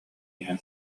иһэн